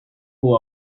full